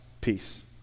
peace